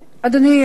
אדוני,